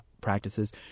practices